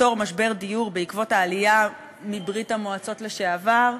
לפתור משבר דיור בעקבות העלייה מברית-המועצות לשעבר.